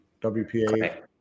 WPA